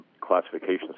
classification